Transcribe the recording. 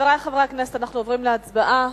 חברי חברי הכנסת, אנחנו עוברים להצבעה.